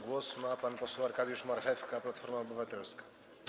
Głos ma pan poseł Arkadiusz Marchewka, Platforma Obywatelska.